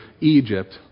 Egypt